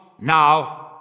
now